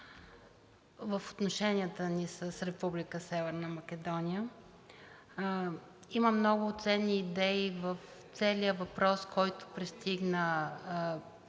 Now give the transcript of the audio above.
в отношенията ни с Република Северна Македония. Има много ценни идеи в целия въпрос, който пристигна